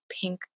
pink